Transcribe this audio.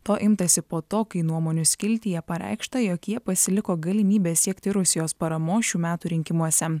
to imtasi po to kai nuomonių skiltyje pareikšta jog jie pasiliko galimybę siekti rusijos paramos šių metų rinkimuose